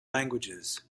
languages